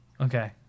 Okay